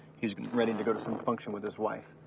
he was ready to go to some function with his wife.